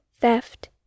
theft